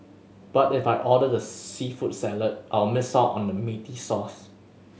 but if I order the seafood salad I'll miss out on the meaty sauce